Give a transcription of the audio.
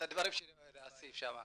הדברים שנעשים שם.